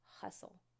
hustle